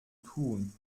tun